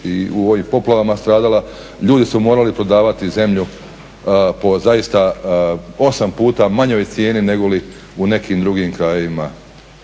je u ovim poplavama stradala, ljudi su morali prodavati zemlju po zaista 8 puta manjoj cijeni nego li u nekim drugim krajevima